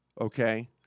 okay